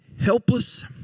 helpless